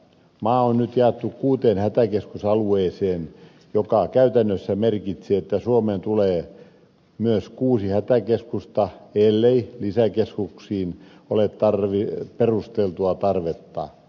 maa on nyt jaettu kuuteen hätäkeskusalueeseen mikä käytännössä merkitsee että suomeen tulee myös kuusi hätäkeskusta ellei lisäkeskuksiin ole perusteltua tarvetta